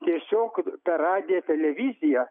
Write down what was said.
tiesiog per radiją televiziją